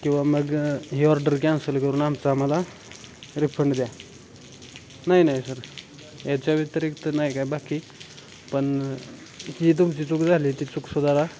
किंवा मग ही ऑर्डर कॅन्सल करून आमचा आम्हाला रिफंड द्या नाही नाही सर याच्या व्यतिरिक्त नाही काय बाकी पण ही तुमची चूक झाली ती चूक सुधारा